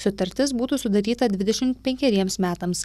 sutartis būtų sudaryta dvidešimt penkeriems metams